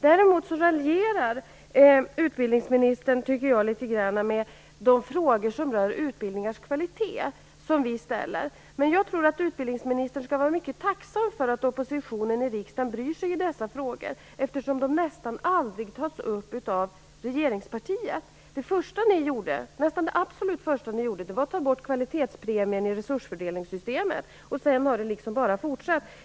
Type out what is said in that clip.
Jag tycker att utbildningsministern raljerar litet grand med de frågor som vi ställer rörande utbildningars kvalitet. Men jag tror att utbildningsministern skall vara mycket tacksam för att oppositionen i riksdagen bryr sig om dessa frågor, eftersom de nästan aldrig tas upp av regeringspartiet. Nästan det absolut första ni gjorde var att ta bort kvalitetspremien i resursfördelningssystemet. Sedan har det liksom bara fortsatt.